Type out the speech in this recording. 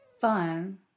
fun